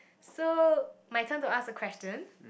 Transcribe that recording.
so my time to ask a question